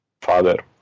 father